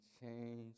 change